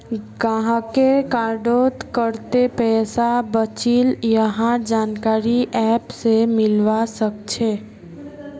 गाहकेर कार्डत कत्ते पैसा बचिल यहार जानकारी ऐप स मिलवा सखछे